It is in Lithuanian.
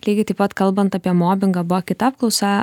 lygiai taip pat kalbant apie mobingą buvo kita apklausa